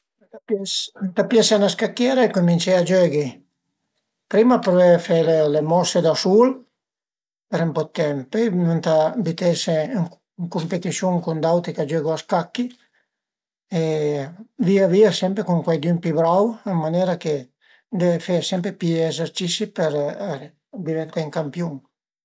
Ëntà piese 'na scacchiera e cumincé a giöghi, prima pruvé a fe le mosse da sul për ën po d'temp, pöi ëntà bütese ën cumpetisun cun d'auti ch'a giögu a scacchi e via via sempre cun cuaidün pi brau ën manera che deve fe sempre pi për diventé ün campiun